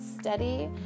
steady